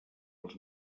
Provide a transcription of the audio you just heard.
els